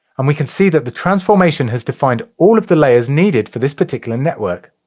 and we can see that the transformation has defined all of the layers needed for this particular network,